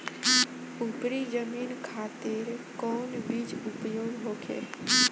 उपरी जमीन खातिर कौन बीज उपयोग होखे?